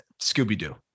Scooby-Doo